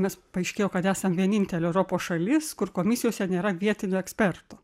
mes paaiškėjo kad esam vienintelė europos šalis kur komisijose nėra vietinio eksperto